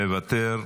מוותר.